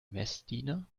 messdiener